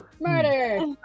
Murder